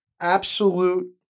absolute